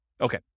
Okay